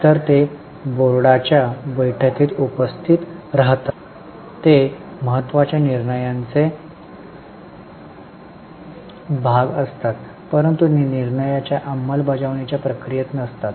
तर ते बोर्डाच्या बैठकीत उपस्थित राहतात ते महत्त्वाच्या निर्णयांचे भाग असतात परंतु ते निर्णयांच्या अंमलबजावणी च्या प्रक्रियेत नसतात